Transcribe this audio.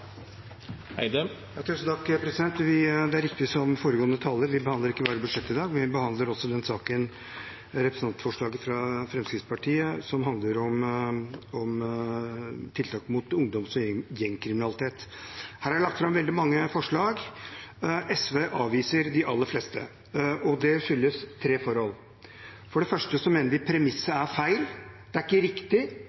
Vi behandler ikke bare budsjettet i dag, vi behandler også representantforslaget fra Fremskrittspartiet, som handler om tiltak mot ungdoms- og gjengkriminalitet. Her er det lagt fram veldig mange forslag. SV avviser de aller fleste, og det skyldes tre forhold. For det første mener vi at premisset